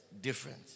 Different